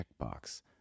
checkbox